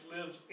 lives